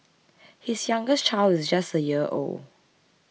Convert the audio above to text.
his youngest child is just a year old